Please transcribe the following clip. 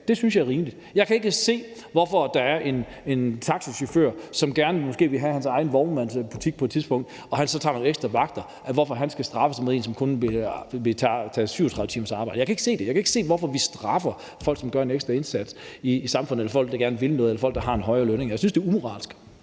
skat, synes jeg er rimeligt. Jeg kan ikke se, hvorfor en taxachauffør, som måske gerne vil have sin egen vognmandsbutik på et tidspunkt, og som så tager nogle ekstra vagter, skal straffes til forskel fra en, som kun vil have et 37-timersarbejde. Jeg kan ikke se det. Jeg kan ikke se, hvorfor vi straffer folk, som gør en ekstra indsats i samfundet, eller folk, der gerne vil noget, eller folk, der har en højere løn. Jeg synes, det er umoralsk.